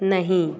नहीं